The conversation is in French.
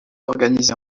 organisé